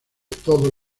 todo